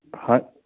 ਹਾਂ